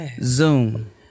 Zoom